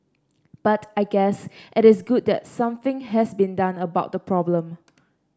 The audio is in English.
but I guess it is good that something has been done about the problem